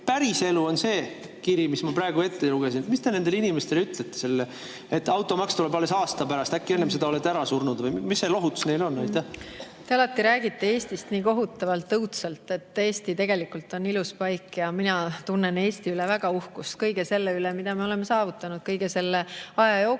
päriselu on see kiri, mis ma praegu ette lugesin. Mis te nendele inimestele ütlete? Et automaks tuleb alles aasta pärast, äkki enne seda olete ära surnud? Või mis see lohutus neil on? Te alati räägite Eestist nii kohutavalt, õudselt. Eesti tegelikult on ilus paik ja mina tunnen Eesti üle väga uhkust, kõige selle üle, mida me oleme saavutanud kogu selle aja jooksul.